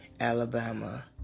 Alabama